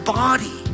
body